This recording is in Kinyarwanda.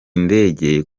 ndege